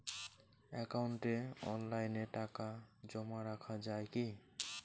একাউন্টে অনলাইনে টাকা জমা রাখা য়ায় কি?